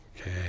Okay